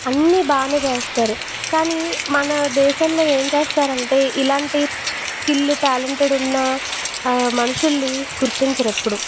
అన్ని బాగానే చేస్తారు కానీ మన దేశంలో ఏంచేస్తారంటే ఇలాంటి స్కిల్ టాలెంటెడ్ ఉన్న మనుషుల్ని గుర్తించరు ఎప్పుడు